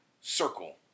circle